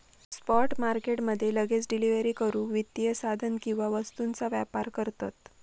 spot market मध्ये लगेच delivery करूक वित्तीय साधन किंवा वस्तूंचा व्यापार करतत